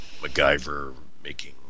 MacGyver-making